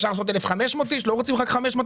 אפשר לעשות 1,500 איש אם לא רוצים רק 544,